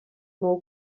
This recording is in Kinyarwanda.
nuwo